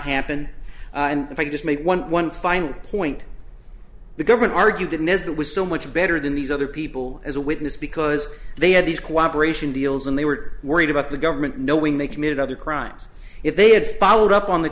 happen and if i could just make one final point the government argued didn't as it was so much better than these other people as a witness because they had these cooperation deals and they were worried about the government knowing they committed other crimes if they had followed up on the